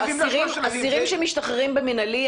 אסירים שמשתחררים במנהלי,